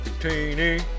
teeny